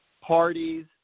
parties